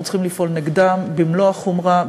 אנחנו צריכים לפעול נגדם במלוא החומרה,